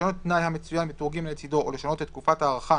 לשנות תנאי המצוין בטור ג' לצדו או לשנות את תקופת ההארכה